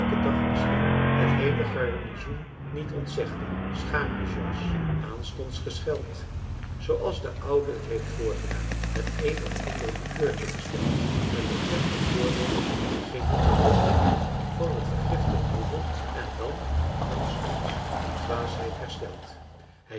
dag misschien het heele garnizoen niet ontzegde schaam je george aanstonds gescheld zooals de oude t heeft voorgedaan het een of ander likeurtje besteld met het plechtig marcellus emants een drietal novellen voornemen geen droppel van het vergift te proeven en dan aanstonds die dwaasheid hersteld